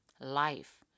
life